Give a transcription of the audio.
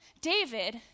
David